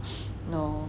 no